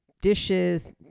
dishes